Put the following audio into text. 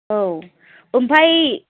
औ ओमफ्राइ